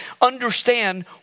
understand